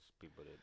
people